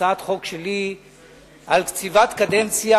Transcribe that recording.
הצעת חוק שלי על קציבת קדנציה